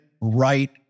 right